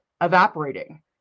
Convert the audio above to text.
evaporating